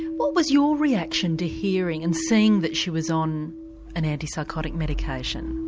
what was your reaction to hearing and seeing that she was on an anti-psychotic medication?